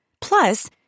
Plus